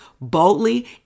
boldly